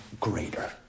greater